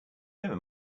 never